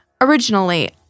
Originally